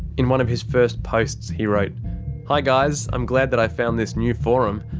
in one of his first posts, he wrote hi guys, i'm glad that i found this new forum.